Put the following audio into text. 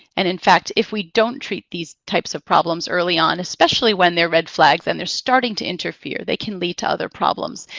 and in fact, if we don't treat these types of problems early on, especially when they're red flags and they're starting to interfere, they can lead to other problems.